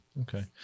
Okay